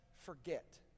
forget